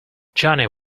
johnny